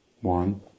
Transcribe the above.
One